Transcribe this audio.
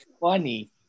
funny